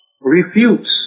refutes